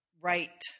right